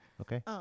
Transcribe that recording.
Okay